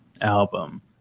album